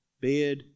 bed